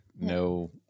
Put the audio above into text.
no